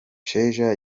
sheja